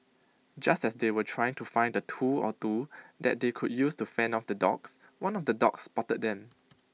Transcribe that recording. just as they were trying to find A tool or two that they could use to fend off the dogs one of the dogs spotted them